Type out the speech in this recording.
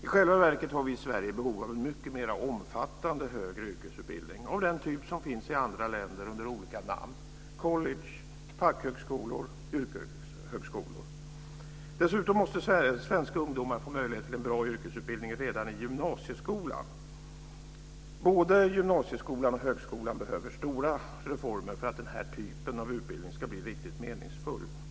I själva verket har vi i Sverige behov av en mycket mer omfattande högre yrkesutbildning av den typ som finns i andra länder under olika namn - college, fackhögskolor, yrkeshögskolor. Dessutom måste svenska ungdomar få möjlighet till en bra yrkesutbildning redan i gymnasieskolan. Både gymnasieskolan och högskolan behöver stora reformer för att den här typen av utbildning ska bli riktigt meningsfull.